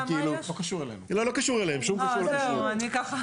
כל מיני דברים,